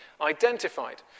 identified